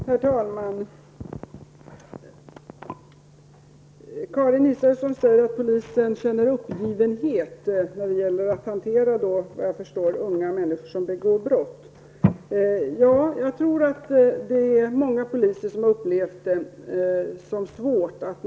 Herr talman! Karin Israelsson säger att polisen känner uppgivenhet inför att hantera unga människor som begår brott. Ja, jag tror att många poliser har upplevt detta som svårt.